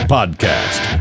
Podcast